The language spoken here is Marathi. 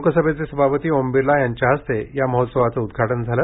लोकसभेचे सभापती ओम बिर्ला यांच्या हस्ते आज या महोत्सवाचं उदघाटन झालं